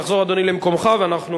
תחזור, אדוני, למקומך, ואנחנו